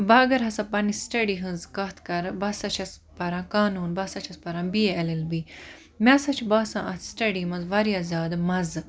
وۄنۍ اَگَر ہَسا پَننہِ سٹیڈی ہٕنٛز کتھ کَرٕ بہٕ ہَسا چھَس پَران قانون بہٕ ہَسا چھَس پَران B A L L B مےٚ ہَسا چھ باسان اتھ سٹیڈی مَنٛز واریاہ زیادٕ مَزٕ